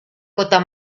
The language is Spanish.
cota